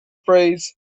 phrase